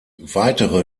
weitere